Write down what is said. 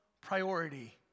priority